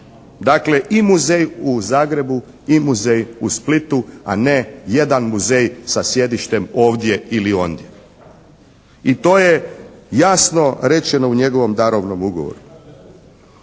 Dakle i muzej u Zagrebu i muzej u Splitu, a ne jedan muzej sa sjedištem ovdje ili ondje i to je jasno rečeno u njegovom darovnom ugovoru.